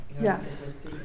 Yes